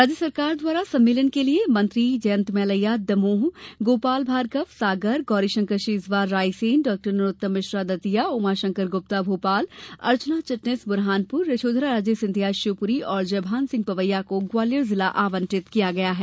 राज्य शासन द्वारा सम्मेलन के लिए मंत्री जयंत मलैया दमोह गोपाल भार्गव सागर गोरीशंकर शेजवार रायसेन डॉ नरोत्तम मिश्र दतिया उमाशंकर गुप्ता भोपाल अर्चना चिटनिस बुरहानपुर यशोधराराजे सिंधिया शिवपुरी और जयभान सिंह पवैया को ग्वालियर जिला आवंटित किया गया है